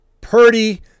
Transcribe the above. Purdy